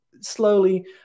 slowly